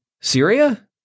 Syria